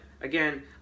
again